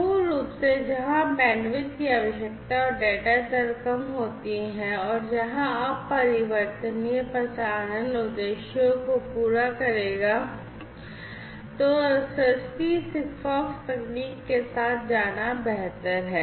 मूल रूप से जहां बैंडविड्थ की आवश्यकता और डेटा दर कम होती है और जहां अपरिवर्तनीय प्रसारण उद्देश्य को पूरा करेगा तो सस्ती SIGFOX तकनीक के साथ जाना बेहतर है